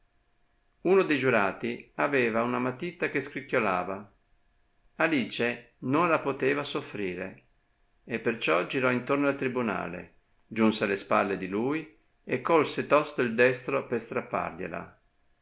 uno de giurati aveva una matita che scricchiolava alice non la poteva soffrire e perciò girò intorno al tribunale giunse alle spalle di lui e colse tosto il destro per strappargliela